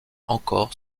encore